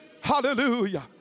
Hallelujah